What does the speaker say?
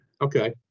okay